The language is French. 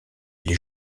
les